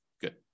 Good